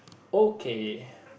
okay